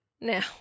now